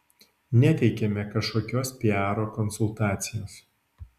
neteikiame kažkokios piaro konsultacijos